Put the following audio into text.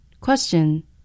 Question